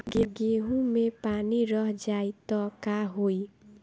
गेंहू मे पानी रह जाई त का होई?